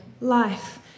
life